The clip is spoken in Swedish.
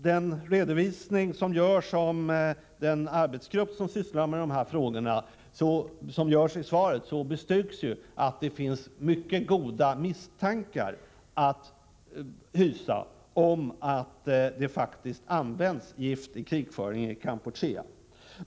Den redovisning som ges i svaret, baserat på uppgifter från den arbetsgrupp som sysslar med de här frågorna, bestyrker att det finns mycket goda skäl att hysa misstankar om att det faktiskt används gift i krigföringen i Kampuchea.